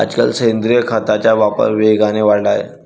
आजकाल सेंद्रिय खताचा वापर वेगाने वाढला आहे